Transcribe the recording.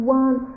one